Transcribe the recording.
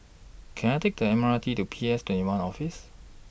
Can I Take The M R T to P S twenty one Office